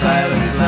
Silence